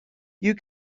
you